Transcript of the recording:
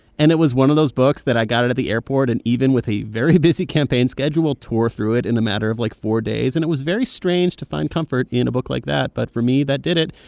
and it was one of those books that i got it at the airport and, even with a very busy campaign schedule, tore through it in a matter of, like, four days. and it was very strange to find comfort in a book like that. but for me, that did it.